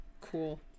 Cool